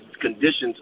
conditions